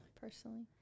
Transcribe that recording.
personally